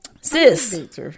sis